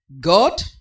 God